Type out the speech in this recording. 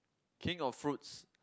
king of fruits